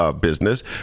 business